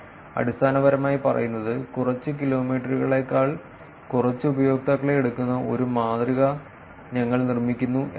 അടിസ്ഥാനപരമായി പറയുന്നത് കുറച്ച് കിലോമീറ്ററുകളേക്കാൾ കുറച്ച് ഉപയോക്താക്കളെ എടുക്കുന്ന ഒരു മാതൃക ഞങ്ങൾ നിർമ്മിക്കുന്നു എന്നാണ്